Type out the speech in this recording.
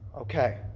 Okay